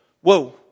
whoa